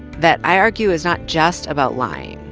that i argue is not just about lying,